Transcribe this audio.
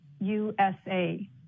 USA